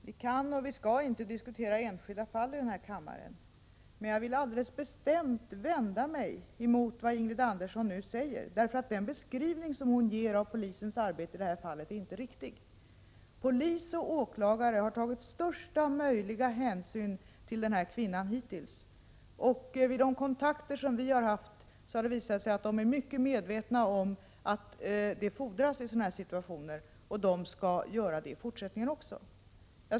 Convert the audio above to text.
Herr talman! Vi kan och skall inte diskutera enskilda fall i den här kammaren, men jag vill mycket bestämt vända mig mot vad Ingrid Andersson nu säger. Den beskrivning som hon ger av polisens arbete i det här fallet är nämligen inte riktig. Polis och åklagare har hittills tagit största möjliga hänsyn till den här kvinnan. Vid de kontakter som vi har haft har det visat sig att de är mycket medvetna om att detta fordras i sådana här situationer. De skall också göra så i fortsättningen.